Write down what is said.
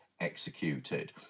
executed